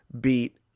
beat